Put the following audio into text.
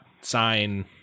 sign